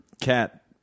cat